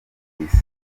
isi